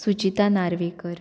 Suchita Narvekar